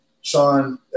Sean